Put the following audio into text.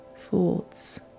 thoughts